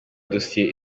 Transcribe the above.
dosiye